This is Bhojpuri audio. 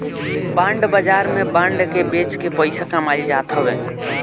बांड बाजार में बांड के बेच के पईसा कमाईल जात हवे